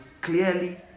clearly